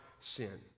sin